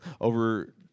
over